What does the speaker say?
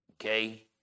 okay